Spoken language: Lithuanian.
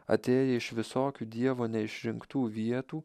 atėję iš visokių dievo neišrinktų vietų